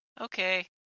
Okay